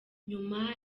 nyuma